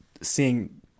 seeing